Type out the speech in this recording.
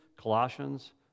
Colossians